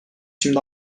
şimdi